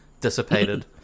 dissipated